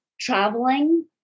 traveling